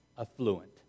affluent